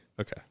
Okay